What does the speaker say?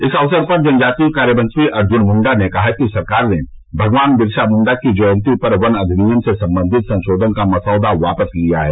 इस अवसर पर जनजातीय कार्य मंत्री अर्ज्न मुंडा ने कहा कि सरकार ने भगवान बिरसा मुंडा की जयंती पर वन अधिनियम से संबंधित संशोधन का मसौदा वापस लिया है